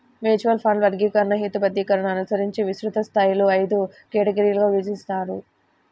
mutual ఫండ్ల వర్గీకరణ, హేతుబద్ధీకరణను అనుసరించి విస్తృత స్థాయిలో ఐదు కేటగిరీలుగా విభజించారు